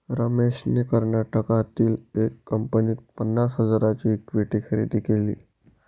रमेशने कर्नाटकातील एका कंपनीत पन्नास हजारांची इक्विटी खरेदी केली